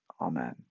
amen